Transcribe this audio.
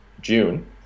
June